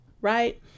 right